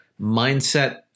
mindset